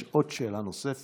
יש עוד שאלה נוספת.